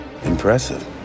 impressive